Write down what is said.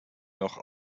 noch